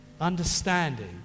understanding